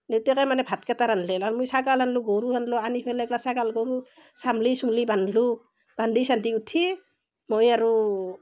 দেউতাকে মানে ভাত কেইটা ৰান্ধিলে আৰু মই ছাগাল আনিলোঁ গৰু আনিলোঁ আনি ফেলে এইগিলা ছাগাল গৰু চাম্ভলি চুম্ভলি বান্ধিলোঁ বান্ধি চান্ধি উঠি মই আৰু